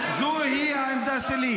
יהודית ודמוקרטית.